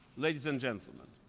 ladies and gentlemen,